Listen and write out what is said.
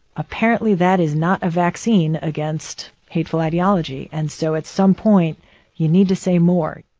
apparently that is not a vaccine against hateful ideology, and so at some point you need to say more